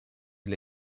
для